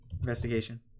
Investigation